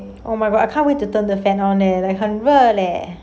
oh my god I can't wait to turn the fan on leh 我很热 leh